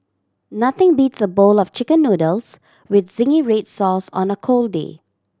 nothing beats a bowl of Chicken Noodles with zingy red sauce on a cold day